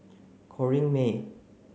Corrinne May